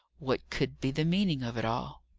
what could be the meaning of it all?